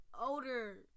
older